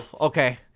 Okay